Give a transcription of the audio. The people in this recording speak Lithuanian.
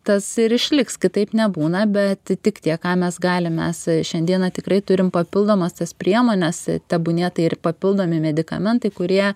tas ir išliks kitaip nebūna bet tik tiek ką mes galim mes šiandieną tikrai turim papildomas tas priemones tebūnie tai ir papildomi medikamentai kurie